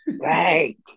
Right